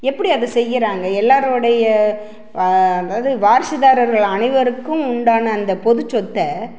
எப்படி அதை செய்கிறாங்க எல்லாரோடைய அதாவது வாரிசுதாரர்கள் அனைவருக்கும் உண்டான அந்த பொதுச்சொத்தை